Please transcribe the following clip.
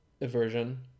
aversion